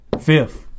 Fifth